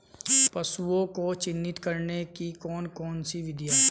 पशुओं को चिन्हित करने की कौन कौन सी विधियां हैं?